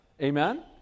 Amen